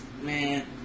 man